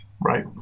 Right